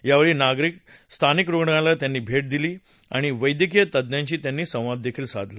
यावेळी स्थानिक रुग्णालयाला त्यांनी भेट दिली आणि वैद्यकीय तज्ञांशी संवाद साधला